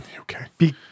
okay